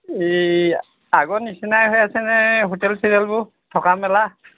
ই আগৰ নিচিনাই হৈ আছেনে হোটেল চোটেলবোৰ থকা মেলা